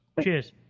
Cheers